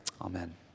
amen